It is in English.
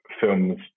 films